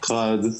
אחת,